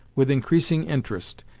with increasing interest,